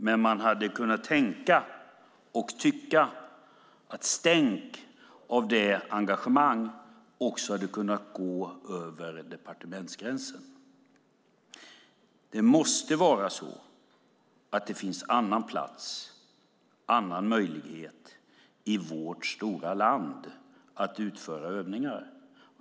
Men man hade kunnat tänka och tycka att stänk av det engagemanget också hade kunnat gå över departementsgränsen. Det måste vara så att det finns annan plats och annan möjlighet i vårt stora land att utföra övningar.